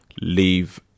leave